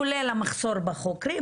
כולל המחסור בחוקרים,